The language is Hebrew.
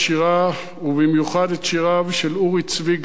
ובמיוחד את שיריו של אורי צבי גרינברג,